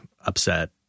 upset